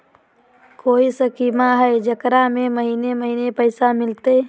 कोइ स्कीमा हय, जेकरा में महीने महीने पैसा मिलते?